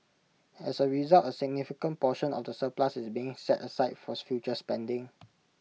as A result A significant portion of the surplus is being set aside for future spending